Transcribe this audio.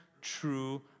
true